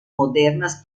modernas